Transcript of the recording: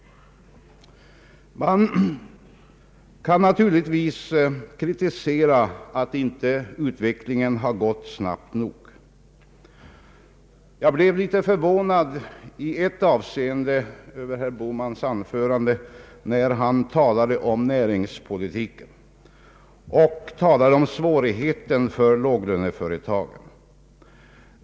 Man kan naturligtvis kritisera att utvecklingen inte har gått snabbt nog. Jag blev litet förvånad i ett avseende över herr Bohmans anförande, när han talade om näringspolitiken och framhöll svårigheten för låglöneföretagen.